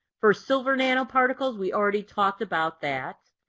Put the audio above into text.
for silver nanoparticles we already talked about that.